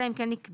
אלא אם כן נקבעה